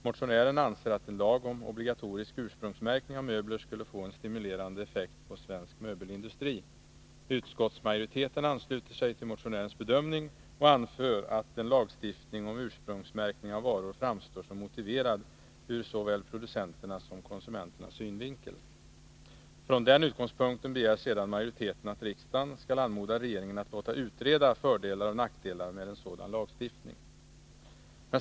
Motionären anser att en lag om obligatorisk ursprungsmärkning av möbler skulle få en stimulerande effekt på svensk möbelindustri. Utskottsmajoriteten ansluter sig till motionärens bedömning och anför att en lagstiftning om ursprungsmärkning av varor framstår som motiverad ur såväl producenternas som konsumenternas synvinkel. Från den utgångspunkten begär sedan majoriteten att riksdagen skall anmoda regeringen att låta utreda fördelar och nackdelar med en sådan lagstiftning.